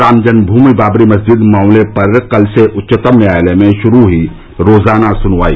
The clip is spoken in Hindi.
रामजन्म भूमि बाबरी मस्जिद मामले पर कल से उच्चतम न्यायालय में शुरू हुई रोजाना सुनवाई